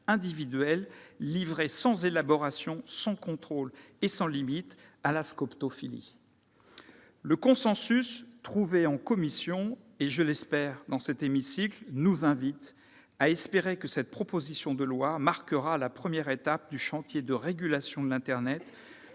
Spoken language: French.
individuels livrés, sans élaboration, sans contrôle et sans limites, à la scoptophilie ! Le consensus trouvé en commission comme, je l'espère, dans cet hémicycle nous invite à espérer que cette proposition de loi marquera la première étape du chantier de régulation de l'internet